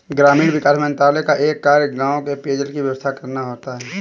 ग्रामीण विकास मंत्रालय का एक कार्य गांव में पेयजल की व्यवस्था करना होता है